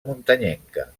muntanyenca